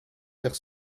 faire